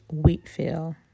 Wheatfield